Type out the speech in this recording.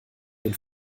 den